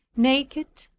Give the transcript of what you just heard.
naked,